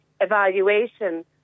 evaluation